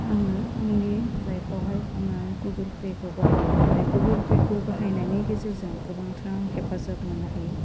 आङो आंनि लाइफयावहाय आङो गुगोल पेखौ बाहायो बे गुगोल पेखौ बाहायनायनि गेजेरजों गोबांथार आं हेफाजाब मोन्नो हायो